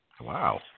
Wow